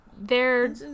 they're-